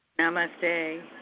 Namaste